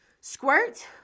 Squirt